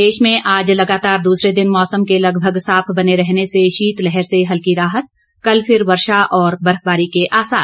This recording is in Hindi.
प्रदेश में आज लगातार दूसरे दिन मौसम के लगभग साफ बने रहने से शीत लहर से हल्की राहत कल फिर वर्षा और बर्फबारी के आसार